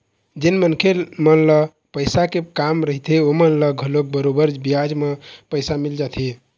जेन मनखे मन ल पइसा के काम रहिथे ओमन ल घलोक बरोबर बियाज म पइसा मिल जाथे